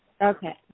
Okay